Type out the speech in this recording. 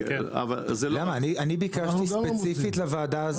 אני ביקשתי ספציפית לוועדה הזו,